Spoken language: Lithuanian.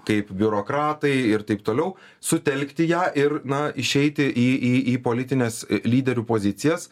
kaip biurokratai ir taip toliau sutelkti ją ir na išeiti į į politines lyderių pozicijas